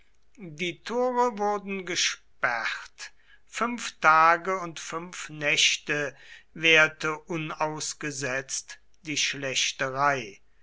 die tore wurden gesperrt fünf tage und fünf nächte währte unausgesetzt die schlächterei